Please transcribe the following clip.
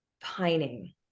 pining